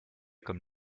comme